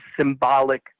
symbolic